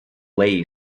lay